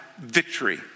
victory